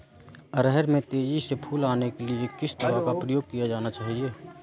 अरहर में तेजी से फूल आने के लिए किस दवा का प्रयोग किया जाना चाहिए?